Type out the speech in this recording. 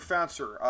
Fencer